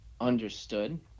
understood